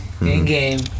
in-game